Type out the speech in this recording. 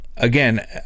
Again